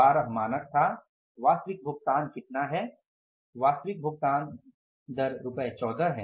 12 मानक था वास्तविक भुगतान कितना है वास्तविक भुगतान दर रुपए 14 है